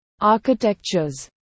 architectures